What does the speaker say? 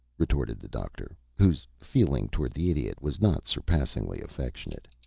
retorted the doctor, whose feeling towards the idiot was not surpassingly affectionate.